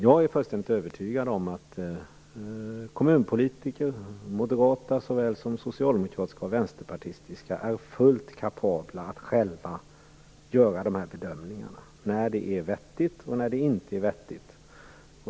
Jag är fullständigt övertygad om att kommunpolitiker, moderata såväl som socialdemokratiska och vänsterpartistiska, är fullt kapabla att själva göra bedömningar av vad som är vettigt och vad som inte är vettigt.